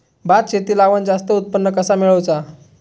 भात शेती लावण जास्त उत्पन्न कसा मेळवचा?